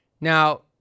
Now